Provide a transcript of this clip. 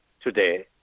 today